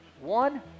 One